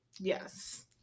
Yes